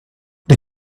the